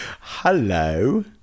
Hello